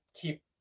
keep